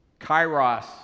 kairos